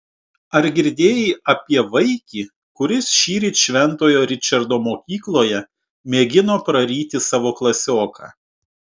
ar girdėjai apie vaikį kuris šįryt šventojo ričardo mokykloje mėgino praryti savo klasioką